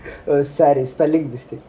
a spell~ spelling mistake